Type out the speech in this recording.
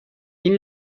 این